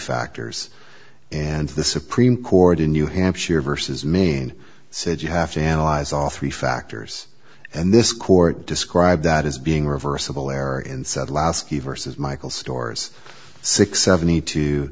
factors and the supreme court in new hampshire versus maine said you have to analyze all three factors and this court described that as being reversible error in said lasky versus michael stores six seventy two